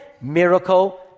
miracle